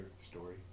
story